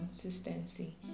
consistency